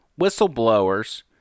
whistleblowers